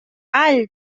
all